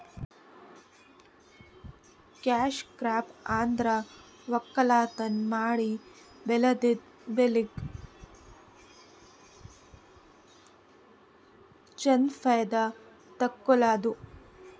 cash crop ಅಂದ್ರ ವಕ್ಕಲತನ್ ಮಾಡಿ ಬೆಳದಿದ್ದ್ ಬೆಳಿಗ್ ಚಂದ್ ಫೈದಾ ತಕ್ಕೊಳದು